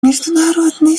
международное